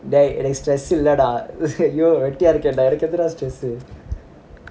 டேய் எனக்கு:dei enaku stress இல்லடா ஐயோ வெட்டியா இருக்கேன் டா எனக்கு எப்படி டா:illada iyoo vettiyaenaku eppadi da stress